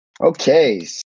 Okay